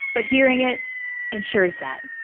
but hearing it ensures that.